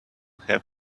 have